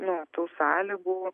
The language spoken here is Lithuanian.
nu tų sąlygų